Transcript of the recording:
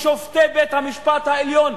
משופטי בית-המשפט העליון,